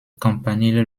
campanile